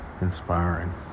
inspiring